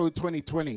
2020